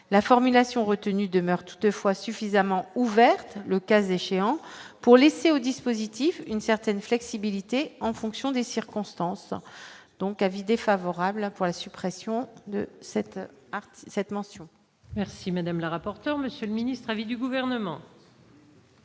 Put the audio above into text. la formulation retenue demeure toutefois suffisamment ouverte, le cas échéant pour laisser au dispositif, une certaine flexibilité en fonction des cires. Constance, donc avis défavorable pour la suppression de cette cette mention. Merci madame la rapporteur, Monsieur le Ministre à vie du gouvernement.